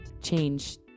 change